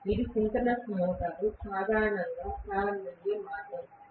ఇది synchronous motor సాధారణంగా ప్రారంభమయ్యే మార్గం